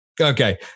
Okay